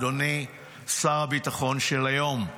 אדוני שר הביטחון של היום,